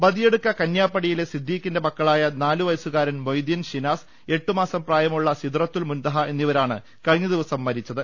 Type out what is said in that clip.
ബദിയടുക്ക കന്യാപടിയിലെ സിദ്ദീഖിന്റെ മക്കളായ നാലു വയസു കാരൻ മൊയ്തീൻ ശിനാസ് എട്ടു മാസം പ്രായമുള്ള സിദ്റത്തുൽ മുൻതഹ എന്നിവരാണ് കഴിഞ്ഞ ദിവസം മരിച്ചത്